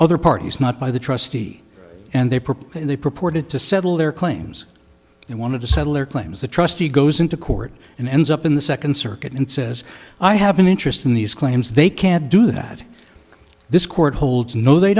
other parties not by the trustee and they propose they purported to settle their claims and want to settle their claims the trustee goes into court and ends up in the second circuit and says i have an interest in these claims they can't do that this court holds no they